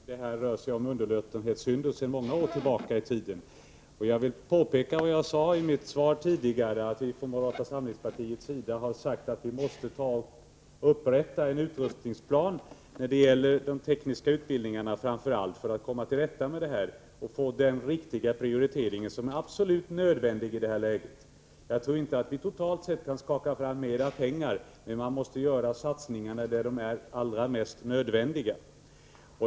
Herr talman! Utbildningsministern säger att det här rör sig om underlåtenhetssynder sedan många år tillbaka. Jag vill betona vad jag påpekade i mitt tidigare inlägg att vi från moderata samlingspartiets sida har sagt att vi måste upprätta en utrustningsplan när det gäller de tekniska utbildningarna för att komma till rätta med dessa problem och få den riktiga prioritering som är absolut nödvändig i detta läge. Jag tror inte att vi totalt sett kan skaka fram mer pengar, men man måste göra satsningarna där de är mest nödvändiga.